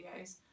videos